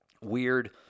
weird